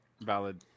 Valid